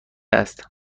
است